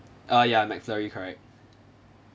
ah ya McFlurry correct